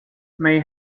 may